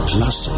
Plus